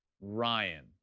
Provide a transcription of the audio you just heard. Ryan